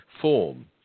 form